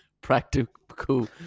practical